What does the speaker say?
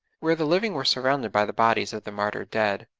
where the living were surrounded by the bodies of the martyred dead.